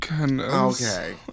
Okay